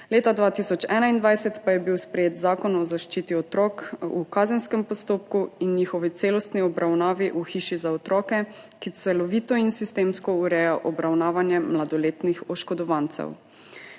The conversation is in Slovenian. leta 2021 pa je bil sprejet Zakon o zaščiti otrok v kazenskem postopku in njihovi celostni obravnavi v hiši za otroke, ki celovito in sistemsko ureja obravnavanje mladoletnih oškodovancev.